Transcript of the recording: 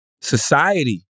society